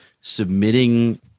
submitting